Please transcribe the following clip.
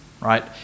right